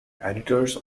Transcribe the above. editors